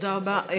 תודה רבה.